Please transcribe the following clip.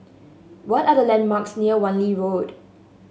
what are the landmarks near Wan Lee Road